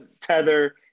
Tether